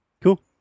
Cool